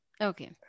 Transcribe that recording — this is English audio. Okay